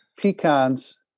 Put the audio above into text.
pecans